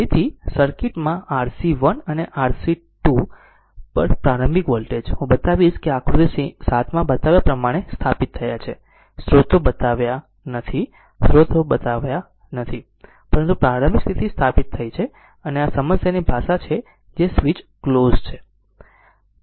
તેથી સર્કિટ માં RC 1 અને c 2 પર પ્રારંભિક વોલ્ટેજ હું બતાવીશ કે આકૃતિ 7 માં બતાવ્યા પ્રમાણે સ્થાપિત થયા છે સ્ત્રોતો બતાવ્યા નથી સ્રોત બતાવ્યા નથી પરંતુ પ્રારંભિક પરિસ્થિતિ સ્થાપિત થઈ છે આ સમસ્યાની ભાષા છે જે સ્વીચ ક્લોઝ છે